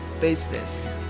business